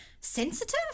sensitive